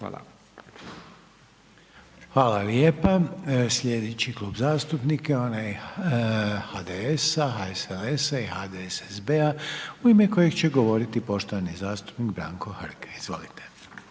(HDZ)** Hvala lijepa. Sljedeći Klub zastupnika je onaj HDS-a HSLS-a i HDSSB-a u ime kojeg će govoriti poštovani zastupnik Branko Hrg. Izvolite.